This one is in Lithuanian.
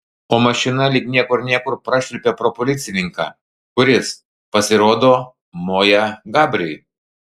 o mašina lyg niekur nieko prašvilpė pro policininką kuris pasirodo moja gabriui